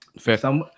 Fair